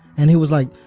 and he was like,